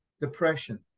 depression